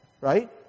right